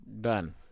done